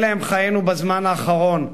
אלה הם חיינו בזמן האחרון,